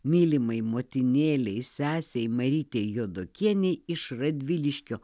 mylimai motinėlei sesei marytei juodokienei iš radviliškio